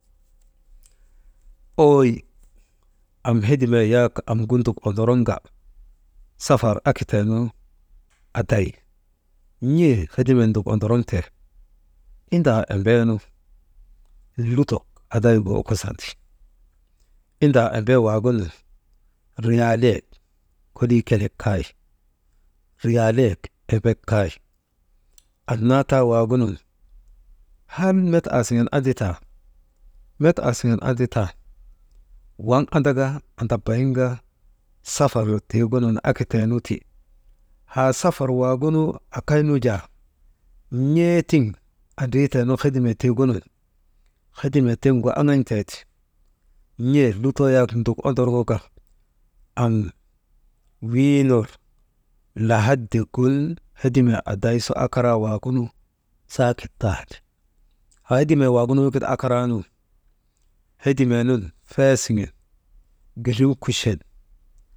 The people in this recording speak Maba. Ooy am hedimee yak amgu nduk ondorŋka safar akateenu aday, n̰ee hedimee nduk ondoroŋte, indaa embeenu lutok adaygu okosandi, indaa embee waagunun riyaalayek kolii kelek kay, riyaalayek embek kay annaa taawagunun ham met aasiŋen anditaa, met aasiŋen anditan waŋ andaka andabayin ka safar tiigunun akaten ti, haa safar waagunu akay nu jaa n̰ee tiŋ andriitenu hedimee tiigunun, hedimee tiŋgu aŋan̰tee ti, n̰ee lutoo yak mduk ondorŋaka am wii ner, lahadi gun hedimee aday su akaraa waagunu, saakit taani, haa hedimee waagunu wekit akaraawaagunun hedimee nun feesiŋen girim kuchen.